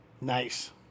Nice